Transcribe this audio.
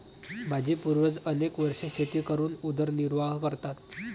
माझे पूर्वज अनेक वर्षे शेती करून उदरनिर्वाह करतात